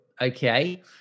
okay